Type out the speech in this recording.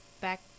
back